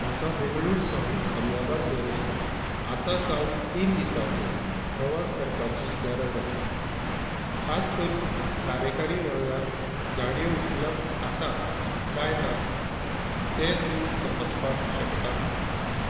म्हाका बेंगलूर सावन अहमदाबाद मेरेन आतां सावन तीन दिसांचेर प्रवास करपाची गरज आसा खास करून कार्यकारी वर्गांत गाडयो उपलब्ध आसात काय ना तें तूं तपासपाक शकता